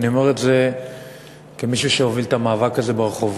אני אומר את זה כמישהו שהוביל את המאבק הזה ברחובות.